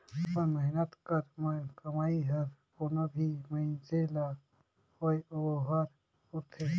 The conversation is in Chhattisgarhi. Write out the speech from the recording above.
अपन मेहनत कर कमई हर कोनो भी मइनसे ल होए ओहर पूरथे